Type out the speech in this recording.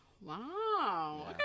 Wow